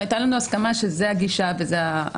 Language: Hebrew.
והייתה לנו הסכמה שזאת הגישה וזאת התפיסה.